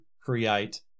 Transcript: create